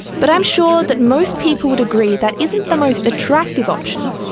but i'm sure that most people would agree that isn't the most attractive option,